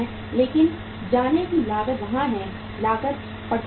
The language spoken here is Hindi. ले जाने की लागत वहाँ है लागत पकड़े हुए है